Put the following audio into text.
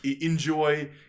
enjoy